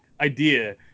idea